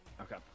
Okay